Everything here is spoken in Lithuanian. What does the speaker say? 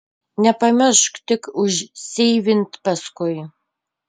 nepamiršk tik užseivint paskui